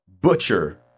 butcher